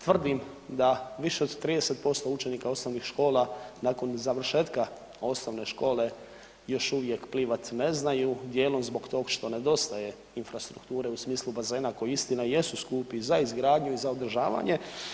Tvrdim da više od 30% učenika osnovnih škola nakon završetka osnovne škole još uvijek plivat ne znaju, djelom zbog tog što nedostaje infrastrukture u smislu bazena koji istina jesu skupi za izgradnju i za održavanje.